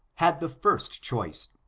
had the first choice.